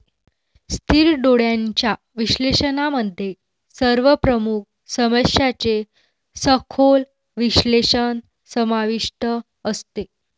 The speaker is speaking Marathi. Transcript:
स्थिर डोळ्यांच्या विश्लेषणामध्ये सर्व प्रमुख समस्यांचे सखोल विश्लेषण समाविष्ट असते